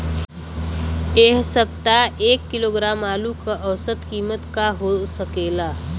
एह सप्ताह एक किलोग्राम आलू क औसत कीमत का हो सकेला?